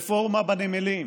רפורמה בנמלים.